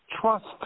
trust